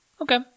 Okay